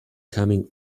coming